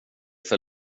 för